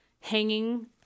hanging